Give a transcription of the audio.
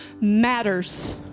matters